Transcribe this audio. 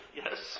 yes